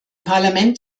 parlament